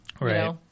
Right